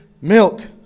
milk